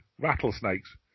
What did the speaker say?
Rattlesnakes